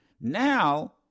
now